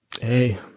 hey